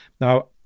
Now